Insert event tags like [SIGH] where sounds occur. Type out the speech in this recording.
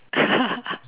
[LAUGHS]